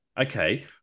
okay